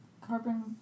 carbon